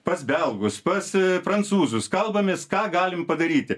pas belgus pas prancūzus kalbamės ką galim padaryti